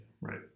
Right